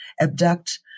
abduct